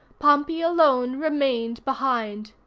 pompey alone remained behind.